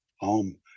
Om